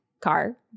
car